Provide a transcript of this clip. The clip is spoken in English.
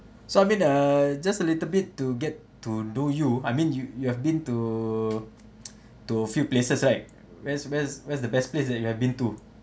so I mean err just a little bit to get to do you I mean you you have been to to few places right where's where's where's the best place that you have been to